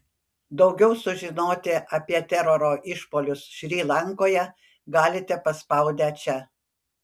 daugiau sužinoti apie teroro išpuolius šri lankoje galite paspaudę čia